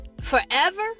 forever